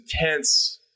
intense